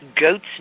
goat's